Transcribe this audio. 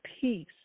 peace